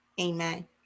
amen